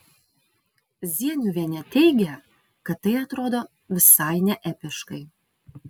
zieniuvienė teigia kad tai atrodo visai neepiškai